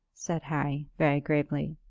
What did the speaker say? said harry, very gravely.